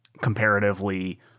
comparatively